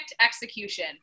execution